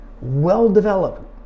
well-developed